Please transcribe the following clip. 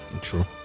True